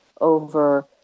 over